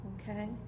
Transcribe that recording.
Okay